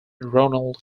ronald